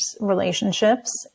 relationships